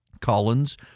Collins